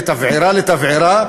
מתבערה לתבערה,